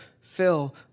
fill